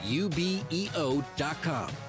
ubeo.com